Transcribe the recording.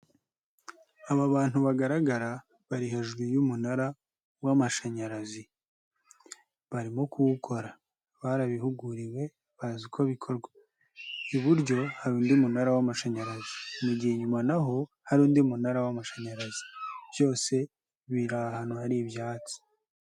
Aba bantu bagaragara bari hejuru y'umunara w'amashanyarazi. Barimo kuwukora, barabihuguriwe, bazi uko bikorwa. Iburyo hari undi munara w'amashanyarazi. Mu gihe inyuma na ho hari undi munara w'amashanyarazi. Byose biri ahantu hari ibyatsi.